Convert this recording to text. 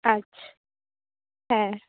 আচ্ছা হ্যাঁ